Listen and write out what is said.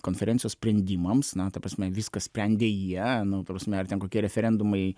konferencijos sprendimams na ta prasme viską sprendė jie nu ta prasme ar ten kokie referendumai